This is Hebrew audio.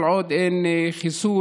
כל עוד אין חיסון.